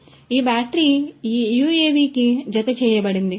కాబట్టి ఈ బ్యాటరీ ఈ యుఎవికి జతచేయబడింది